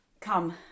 Come